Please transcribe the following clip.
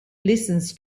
listens